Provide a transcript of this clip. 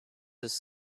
his